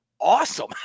awesome